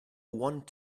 want